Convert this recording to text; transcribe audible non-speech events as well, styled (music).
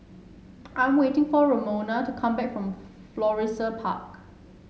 I'm waiting for Ramona to come back from (unintelligible) Florissa Park